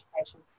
education